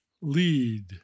lead